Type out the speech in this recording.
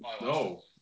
no